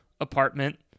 apartment